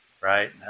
right